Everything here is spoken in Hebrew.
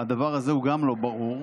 הדבר הזה גם לא ברור.